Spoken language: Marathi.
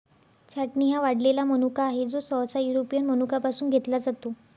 छाटणी हा वाळलेला मनुका आहे, जो सहसा युरोपियन मनुका पासून घेतला जातो